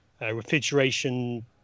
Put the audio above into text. refrigeration